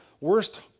worst